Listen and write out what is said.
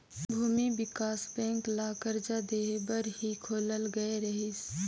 भूमि बिकास बेंक ल करजा देहे बर ही खोलल गये रहीस